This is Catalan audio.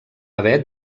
haver